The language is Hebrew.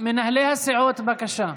מנהלי הסיעות, בבקשה.